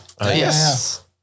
Yes